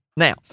Now